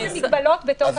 זה